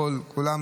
הכול,